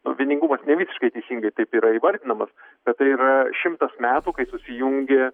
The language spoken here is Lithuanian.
nu vieningumas ne visiškai teisingai taip yra įvardinamas bet tai yra šimtas metų kai susijungė